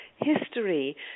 history